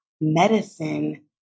medicine